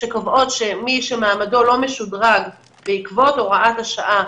שקובעות שמי שמעמדו לא משודרג בעקבות הוראת השעה,